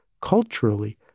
culturally